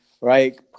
right